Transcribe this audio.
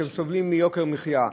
שסובלים מיוקר מחיה.